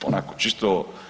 Onako čisto.